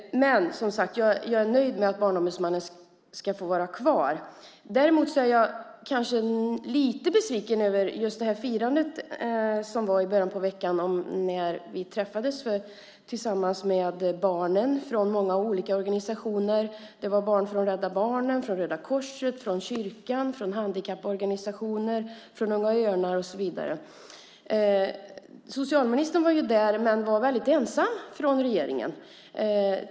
Jag är nöjd med att Barnombudsmannen ska få vara kvar. Däremot är jag kanske lite besviken över just firandet i början av veckan när vi träffades tillsammans med barnen från många olika organisationer. Det var barn från Rädda Barnen, från Röda Korset, från kyrkan, från handikapporganisationer, från Unga Örnar och så vidare. Socialministern var ju där men var väldigt ensam från regeringen.